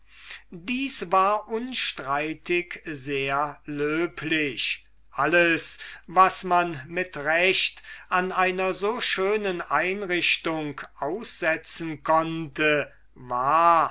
dies war unstreitig sehr löblich alles was man mit recht an dieser einrichtung aussetzen konnte war